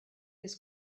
his